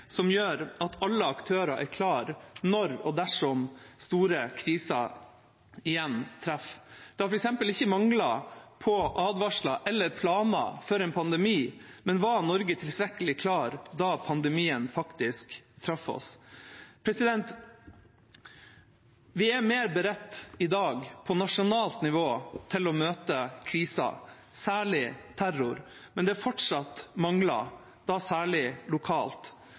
som gjør at alle aktører er klare når og dersom store kriser igjen treffer. Det har f.eks. ikke manglet på advarsler eller planer for en pandemi, men var Norge tilstrekkelig klar da pandemien faktisk traff oss? Vi er i dag mer beredt på nasjonalt nivå til å møte kriser, særlig terror, men det er fortsatt mangler, særlig lokalt,